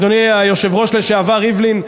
אדוני היושב-ראש לשעבר ריבלין,